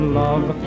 love